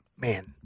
man